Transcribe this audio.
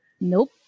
Nope